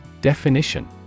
Definition